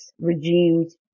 regimes